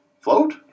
Float